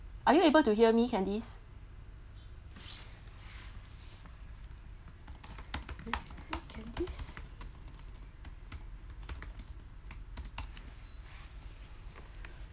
are you able to hear me candice